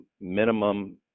minimum